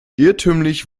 irrtümlich